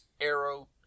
arrow